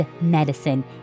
medicine